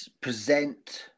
present